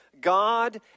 God